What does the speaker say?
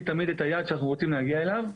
תמיד את היעד שאנחנו רוצים להגיע אליו.